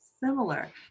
similar